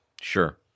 Sure